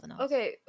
Okay